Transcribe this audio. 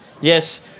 yes